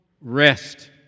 rest